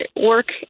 work